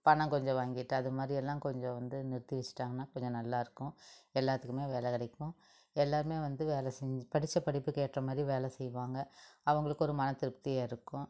பணம் கொஞ்சம் வாங்கிட்டு அதுமாதிரியெல்லாம் கொஞ்சம் வந்து நிறுத்தி வச்சிட்டாங்கன்னால் கொஞ்சம் நல்லாயிருக்கும் எல்லாத்துக்குமே வேலை கிடைக்கும் எல்லாருமே வந்து வேலை செஞ்சு படித்த படிப்புக்கு ஏற்றமாதிரி வேலை செய்வாங்க அவங்களுக்கு ஒரு மனதிருப்தியாக இருக்கும்